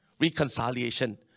Reconciliation